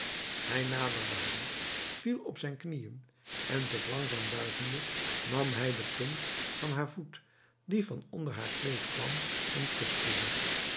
hij naderde haar viel op zijn knieën en zich langzaam buigende nam hij de punt van haar voet die van onder haar kleed kwam en kuste